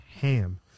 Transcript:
Ham